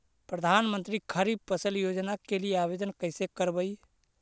प्रधानमंत्री खारिफ फ़सल योजना के लिए आवेदन कैसे करबइ?